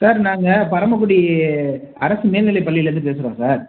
sir நாங்கள் பரமக்குடி அரசு மேல்நிலைப் பள்ளியிலிருந்து பேசுகிறோம் சார்